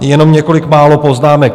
Jenom několik málo poznámek.